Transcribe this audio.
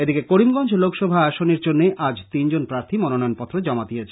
এদিকে করিমগঞ্জ লোকসভা আসনের জন্য আজ তিনজন প্রার্থী মনোনয়নপত্র জমা দিয়েছেন